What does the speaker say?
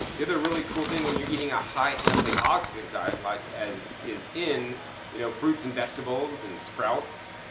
the other really cool thing when you're eating a high anti-oxidant diet like as, is in you know fruits and vegetables and sprouts,